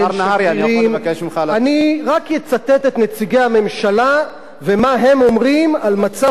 אני רק אצטט את נציגי הממשלה ומה הם אומרים על מצב הקהילה הגאה בישראל.